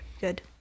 good